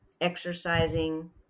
exercising